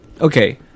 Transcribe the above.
okay